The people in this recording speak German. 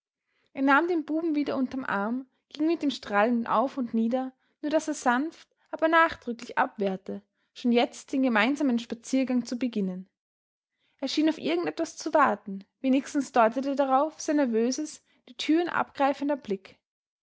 er nahm den buben wieder unterm arm ging mit dem strahlenden auf und nieder nur daß er sanft aber nachdrücklich abwehrte schon jetzt den gemeinsamen spaziergang zu beginnen er schien auf irgend etwas zu warten wenigstens deutete darauf sein nervös die türen abgreifender blick